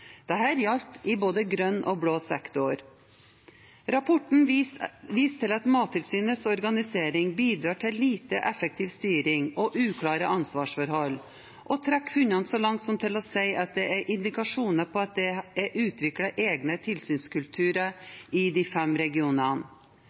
gjaldt i både grønn og blå sektor. Rapporten viser til at Mattilsynets organisering bidrar til lite effektiv styring og uklare ansvarsforhold, og trekker funnene så langt som til å si at det er indikasjoner på at det er «utviklet egne tilsynskulturer